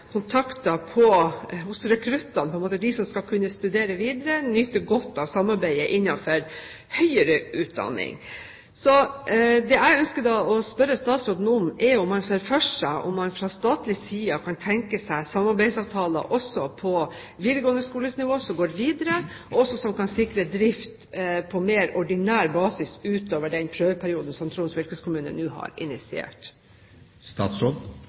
spørre statsråden om, er om man fra statlig side kan tenke seg samarbeidsavtaler også på videregående skole-nivå, som går videre, og som også kan sikre drift på mer ordinær basis utover den prøveperioden som Troms fylkeskommune nå har